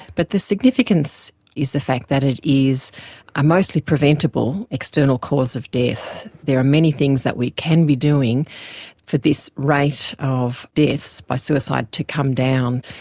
but the significance is the fact that it is a mostly preventable external cause of death. there are many things that we can be doing for this rate of deaths by suicide to come down.